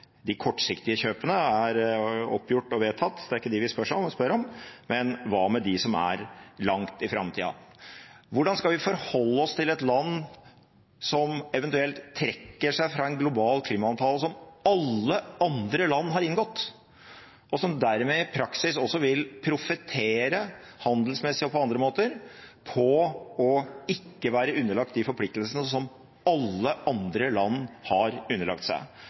De kortsiktige kjøpene er oppgjort og vedtatt, det er ikke dem vi spør om, men hva med dem som er langt inn i framtiden? Hvordan skal vi forholde oss til et land som eventuelt trekker seg fra en global klimaavtale som alle andre land har inngått? I praksis vil man dermed også profitere handelsmessig – og på andre måter – på ikke å være underlagt de forpliktelsene som alle andre land har underlagt seg.